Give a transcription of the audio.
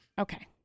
Okay